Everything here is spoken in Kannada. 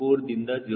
4 ದಿಂದ 0